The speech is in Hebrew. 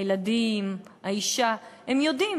הילדים, האישה, הם יודעים.